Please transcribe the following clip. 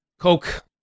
Coke